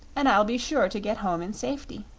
and i'll be sure to get home in safety.